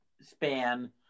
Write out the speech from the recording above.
span